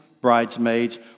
bridesmaids